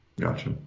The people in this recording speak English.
Gotcha